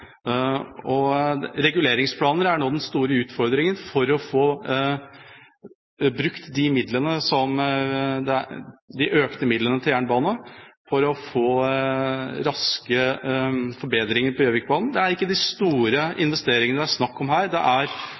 Reguleringsplaner er nå den store utfordringa for å få brukt de økte midlene til jernbane for å få raske forbedringer på Gjøvikbanen. Det er ikke de store investeringene det er snakk om her. Det er